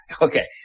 Okay